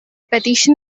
petition